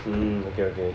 mm okay okay